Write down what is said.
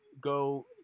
go